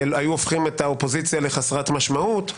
שהיו הופכים את האופוזיציה לחסרת משמעות,